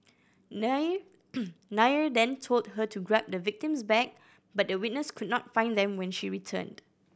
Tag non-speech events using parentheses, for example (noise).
Nair (noise) Nair then told her to grab the victim's bag but the witness could not find them when she returned